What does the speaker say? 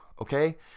Okay